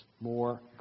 more